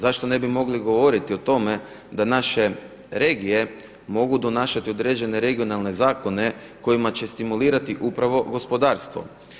Zašto ne bi mogli govoriti o tome da naše regije mogu donašati određene regionalne zakone kojima će stimulirati upravo gospodarstvo.